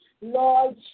Lord